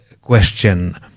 question